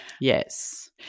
yes